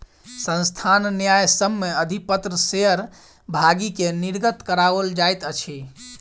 संस्थान न्यायसम्य अधिपत्र शेयर भागी के निर्गत कराओल जाइत अछि